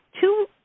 two